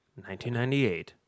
1998